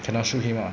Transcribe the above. cannot shoot him ah